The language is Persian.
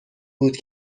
بود